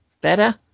Better